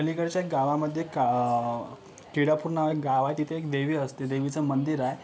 अलिकडच्या गावामध्ये का केडापुर नाव एक गांव आहे तिथे एक देवी असते देवीचं मंदिर आहे